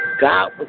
God